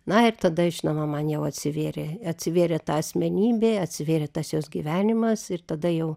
na ir tada žinoma man jau atsivėrė atsivėrė ta asmenybė atsivėrė tas jos gyvenimas ir tada jau